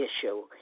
issue